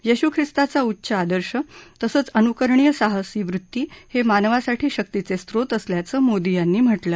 येशू ख्रिस्ताचा उच्च आदर्श तसंच अनुकरणीय साहसी वृत्ती हे मानवासाठी शक्तीचे स्रोत असल्याचं मोदी यांनी म्हटलं आहे